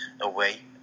away